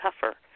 tougher